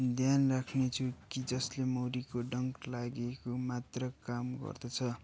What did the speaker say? ध्यान राख्नेछु कि जसले मौरीको डङ्क लागेको मात्रा काम गर्दछ